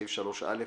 בסעיף 3(א),